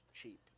cheap